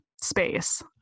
space